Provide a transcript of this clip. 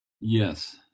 Yes